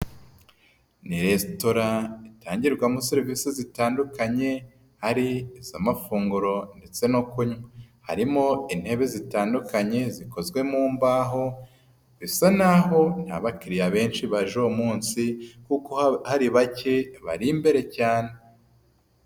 Ni resitora itangirwamo serivisi zitandukanye, ari iz'amafunguro ndetse no kunywa. Harimo intebe zitandukanye zikozwe mu mbaho, bisa naho nta abakiriya benshi baje uwo munsi kuko hari bake bari imbere cyane.